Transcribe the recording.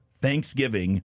Thanksgiving